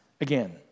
Again